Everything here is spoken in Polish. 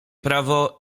prawo